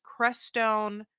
Creststone